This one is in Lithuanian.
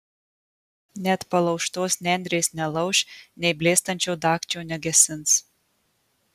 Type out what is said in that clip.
net palaužtos nendrės nelauš nei blėstančio dagčio negesins